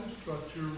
structure